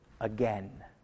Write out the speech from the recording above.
again